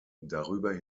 darüber